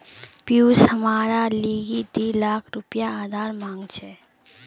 पियूष हमार लीगी दी लाख रुपया उधार मांग छ